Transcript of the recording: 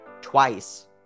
twice